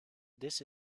this